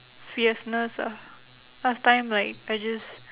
fierceness ah last time like I just